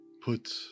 put